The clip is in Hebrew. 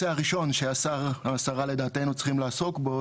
הראשון שהשר או השרה לדעתנו צריכים לעסוק בו,